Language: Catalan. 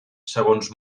segons